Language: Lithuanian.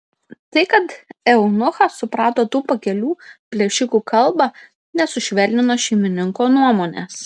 tai kad eunuchas suprato tų pakelių plėšikų kalbą nesušvelnino šeimininko nuomonės